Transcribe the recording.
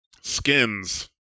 skins